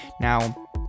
Now